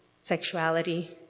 sexuality